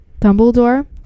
Dumbledore